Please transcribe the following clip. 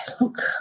look